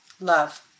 Love